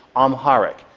amharic.